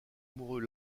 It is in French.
amoureux